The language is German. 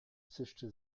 zischte